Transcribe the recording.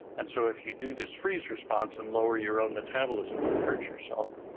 and so if you do this freeze response and lower your own metabolism, you can hurt yourself.